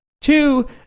Two